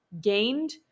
gained